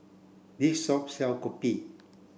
this shop sell Kopi